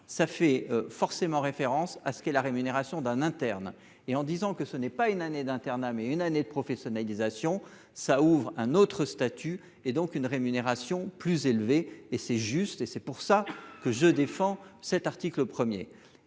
ça fait forcément référence à ce qui est la rémunération d'un interne et en disant que ce n'est pas une année d'internat, mais une année de professionnalisation. Ça ouvre un autre statut et donc une rémunération plus élevée et c'est juste et c'est pour ça que je défends cet article 1er